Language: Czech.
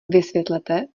vysvětlete